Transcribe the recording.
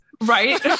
Right